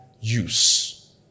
use